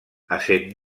essent